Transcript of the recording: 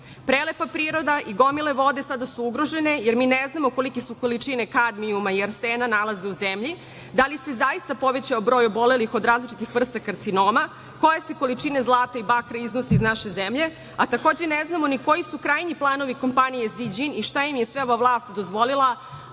govori. Prelepa priroda i gomila vode sada su ugrožene, jer mi ne znamo kolike su količine kadmijuma i arsena nalaze u zemlji, da li se zaista povećao broj obolelih od različitih vrsta karcinoma, koja se količina zlata i bakra iznosi iz naše zemlje, a takođe ne znamo ni koji su krajnji planovi kompanije ZiĐin i šta im je sve ova vlast dozvolila,